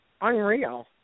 unreal